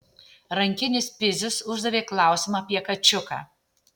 rankinis pizius uždavė klausimą apie kačiuką